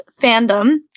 Fandom